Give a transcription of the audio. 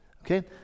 Okay